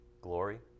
glory